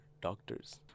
doctors